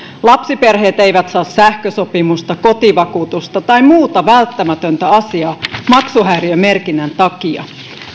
lapsiperheet eivät saa sähkösopimusta kotivakuutusta tai muuta välttämätöntä asiaa maksuhäiriömerkinnän takia